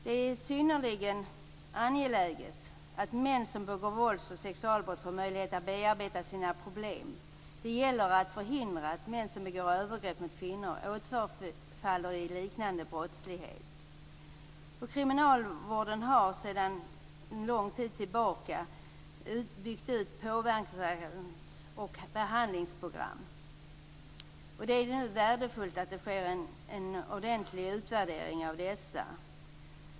Det är synnerligen angeläget att män som begår vålds och sexualbrott får möjlighet att bearbeta sina problem. Det gäller att förhindra att män som begår övergrepp mot kvinnor återfaller i liknande brottslighet. Kriminalvården har sedan lång tid tillbaka byggt ut olika påverkans och behandlingsprogram. Det är värdefullt att det sker en ordentlig utvärdering av dessa.